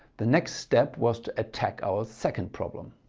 the next step was to attack our second problem.